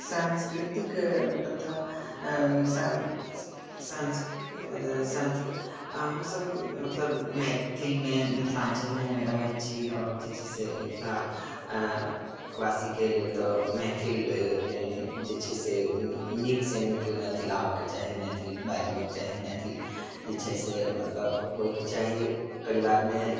सांस्कृतिक प्रथा अऽ संस संस संस अऽ हमसभ मतलब मैथिलमे मिथिलाञ्चलमे रहै छी आओर जे छै से मिथिला अऽ वासीके लेल तऽ मैथिल जे छै से नीकसँ नीक मैथिल आबऽके चाही मैथिल बाजबक चाही मैथिल जे छै से मतलब होइके चाही परिवारमे